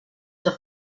have